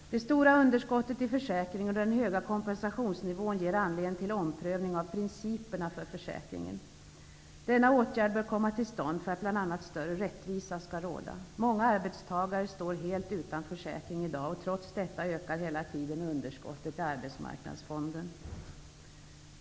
Det stora underskottet i försäkringen och den höga kompensationsnivån ger anledning till omprövning av principerna för försäkringen. Denna åtgärd bör komma till stånd för att bl.a. större rättvisa skall råda. Många arbetstagare står helt utan försäkring, och trots detta ökar hela tiden underskottet i arbetsmarknadsfonden.